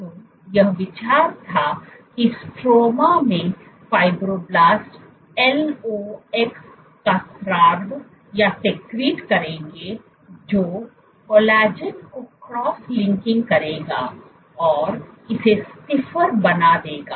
तो यह विचार था कि स्ट्रोमा में फाइब्रोब्लास्ट्स LOX का स्राव करेंगे जो कोलेजन को क्रॉस लिंकिं करेगा और इसे स्टिफर बना देगा